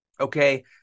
Okay